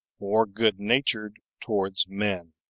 or good-natured towards men.